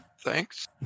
Thanks